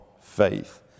faith